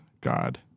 God